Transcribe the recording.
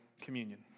communion